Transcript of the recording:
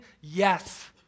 yes